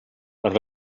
per